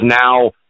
now